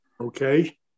Okay